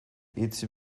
hitz